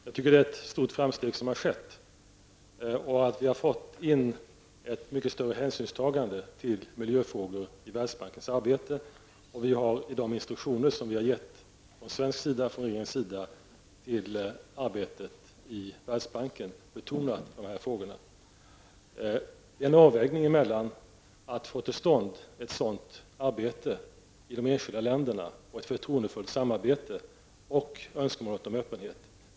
Fru talman! Jag anser att det som skett är ett stort framsteg. Vi har fått in ett mycket större hänsynstagande till miljöfrågor i Världsbankens arbete. Den svenska regeringen har i de instruktioner som givits till arbetet i Världsbanken betonat dessa frågor. Det sker en avvägning när det gäller att få till stånd ett sådant arbete i de enskilda länderna, att få till stånd ett förtroendefullt samarbete och önskemålet om öppenhet.